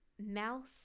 mouse